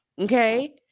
Okay